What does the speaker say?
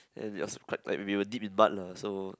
and it was quite like we were deep in mud lah so